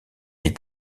est